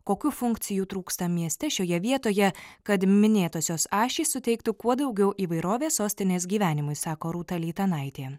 kokių funkcijų trūksta mieste šioje vietoje kad minėtosios ašys suteiktų kuo daugiau įvairovės sostinės gyvenimui sako rūta leitanaitė